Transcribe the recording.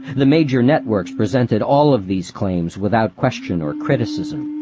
the major networks presented all of these claims without question or criticism.